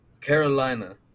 Carolina